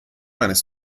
eines